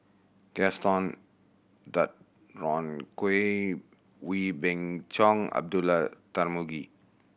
Gaston Dutronquoy Wee Beng Chong Abdullah Tarmugi